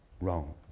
wrong